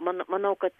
mano manau kad